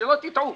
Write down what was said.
שלא תיטעו,